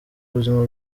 buzima